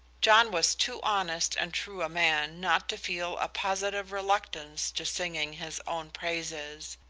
john was too honest and true a man not to feel a positive reluctance to singing his own praises,